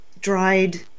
dried